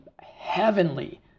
heavenly